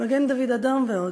מגן-דוד-אדום ועוד.